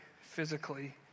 physically